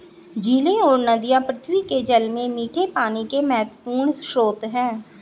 झीलें और नदियाँ पृथ्वी के जल में मीठे पानी के महत्वपूर्ण स्रोत हैं